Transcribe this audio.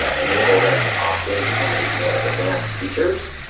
ah enable them to opt-in to some of these more advanced features,